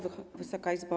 Wysoka Izbo!